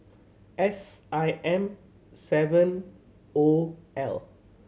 S I M seven O L